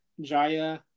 Jaya